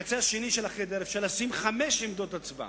ובקצה השני של החדר אפשר לשים חמש עמדות הצבעה,